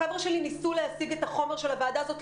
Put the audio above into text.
החבר'ה שלי ניסו להשיג את החומר של הוועדה הזו,